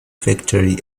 factory